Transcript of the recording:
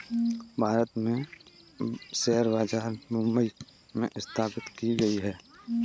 भारत में शेयर बाजार मुम्बई में स्थापित की गयी है